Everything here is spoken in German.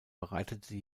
bereitete